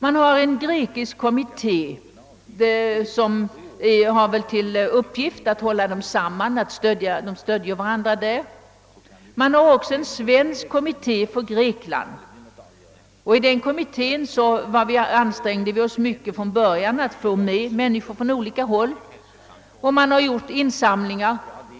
Det finns en grekisk kommitté som har till uppgift att samla och stödja grekerna. Det finns också en svensk kommitté för Grekland. I den kommittén ansträngde vi oss från början mycket för att få med människor från olika håll, och insamlingar har företagits.